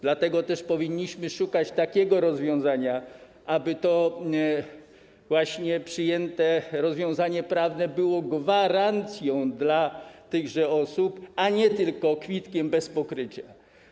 Dlatego też powinniśmy szukać takiego rozwiązania, żeby to przyjęte rozwiązanie prawne było gwarancją dla tychże osób, a nie tylko kwitkiem bez pokrycia.